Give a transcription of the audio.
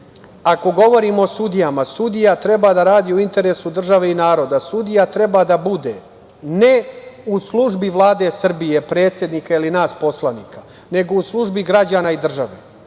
ako govorimo o sudijama sudija treba da radi u interesu države i naroda. Sudija treba da bude ne u službi Vlade Srbije, predsednika ili nas poslanika, nego u službi građana i države. Dakle,